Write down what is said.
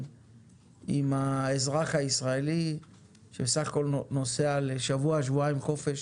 עם האזרח הישראלי שבסך הכול נוסע לשבוע-שבועיים חופשה